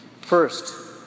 First